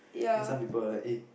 then some people like eh